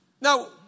Now